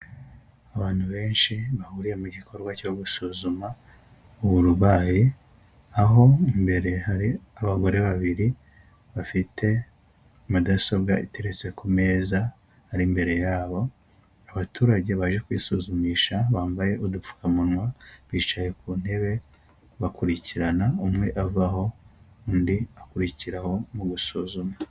Abantu benshi bahuriye mu gikorwa cyo gusuzuma uburwayi aho mbere hari abagore babiri bafite mudasobwa iteretse ku meza ari imbere yabo, abaturage baje kwisuzumisha bambaye udupfukamunwa bicaye ku ntebe bakurikirana umwe avaho undi akurikiraho mu gusuzuma.